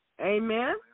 Amen